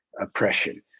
oppression